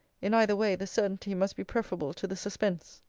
in either way, the certainty must be preferable to the suspense.